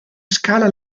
scala